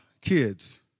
kids